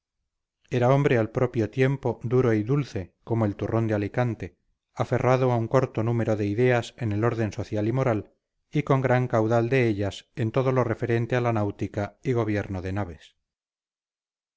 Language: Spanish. era hombre al propio tiempo duro y dulce como el turrón de alicante aferrado a un corto número de ideas en el orden social y moral y con gran caudal de ellas en todo lo referente a la náutica y gobierno de naves